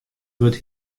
wurdt